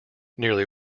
nearly